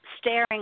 staring